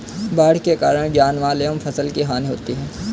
बाढ़ के कारण जानमाल एवं फसल की हानि होती है